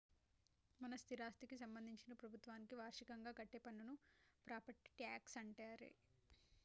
మన స్థిరాస్థికి సంబందించిన ప్రభుత్వానికి వార్షికంగా కట్టే పన్నును ప్రాపట్టి ట్యాక్స్ అంటారే